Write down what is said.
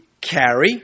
Carry